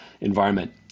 environment